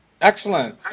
Excellent